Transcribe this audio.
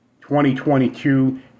2022